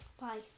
Bye